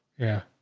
yeah.